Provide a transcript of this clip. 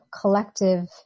collective